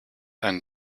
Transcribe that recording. einen